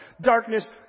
Darkness